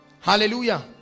hallelujah